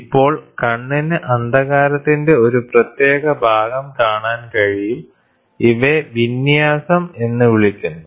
ഇപ്പോൾ കണ്ണിന് അന്ധകാരത്തിന്റെ ഒരു പ്രത്യേക ഭാഗം കാണാൻ കഴിയും ഇവയെ വിന്യാസം എന്ന് വിളിക്കുന്നു